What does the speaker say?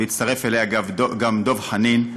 והצטרף אליה גם דב חנין.